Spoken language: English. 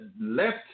left